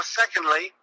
secondly